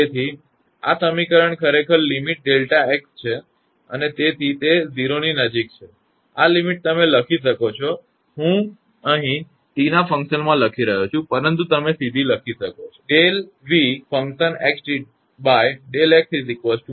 તેથી આ સમીકરણ ખરેખર limit Δ𝑥 લિમિટ ડેલ્ટા 𝑥 છે અને તેથે તે 0 ની નજીક છે આ limit તમે લખી શકો છો અહીં હું t ના ફંક્શનમાં લખી રહ્યો છું પરંતુ તમે સીધી લખી શકો છો આ સમીકરણ 2 છે